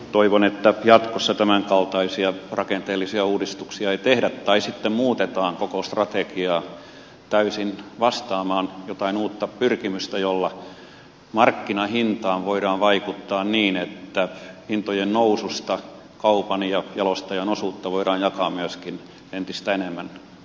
toivon että jatkossa tämänkaltaisia rakenteellisia uudistuksia ei tehdä tai sitten muutetaan koko strategiaa täysin vastaamaan jotain uutta pyrkimystä jolla markkinahintaan voidaan vaikuttaa niin että hintojen noususta kaupan ja jalostajan osuutta voidaan jakaa myöskin entistä enemmän viljelijöille